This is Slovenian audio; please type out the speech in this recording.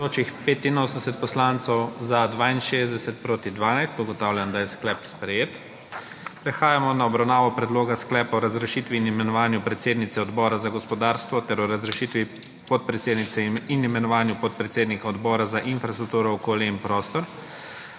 12. (Za je glasovalo 62.) (Proti 12.) Ugotavljam, da je sklep sprejet. Prehajajo na obravnavo predloga sklepa o razrešitvi in imenovanju predsednice Odbora za gospodarstvo ter o razrešitvi podpredsednice in imenovanju podpredsednika Odbora za infrastrukturo, okolje in prostor.